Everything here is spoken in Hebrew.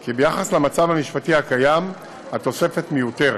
כי במצב המשפטי הקיים התוספת מיותרת.